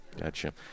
Gotcha